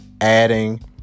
adding